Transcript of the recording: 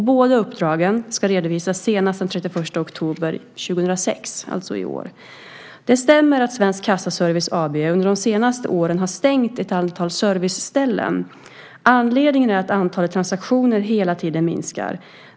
Båda uppdragen ska redovisas senast den 31 oktober 2006, alltså i år. Det stämmer att Svensk Kassaservice AB under de senaste åren har stängt ett antal serviceställen. Anledningen är att antalet transaktioner hela tiden minskar.